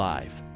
Live